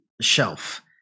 shelf